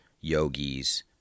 yogis